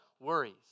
worries